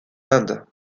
inde